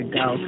go